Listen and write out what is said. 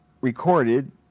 recorded